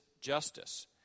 justice